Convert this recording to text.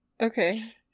okay